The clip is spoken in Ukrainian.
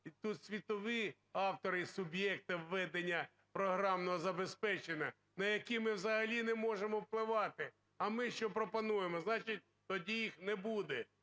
і тут світові автори, і суб'єкти введення програмного забезпечення, на які ми взагалі не можемо впливати. А ми що пропонуємо? Значить, тоді їх не буде.